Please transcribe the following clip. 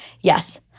Yes